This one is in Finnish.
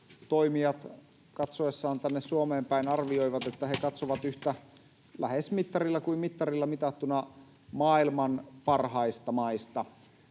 toimijat katsoessaan tänne Suomeen päin arvioivat, että he katsovat yhtä, lähes mittarilla kuin mittarilla mitattuna, maailman parhaista maista,